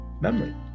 memory